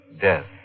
death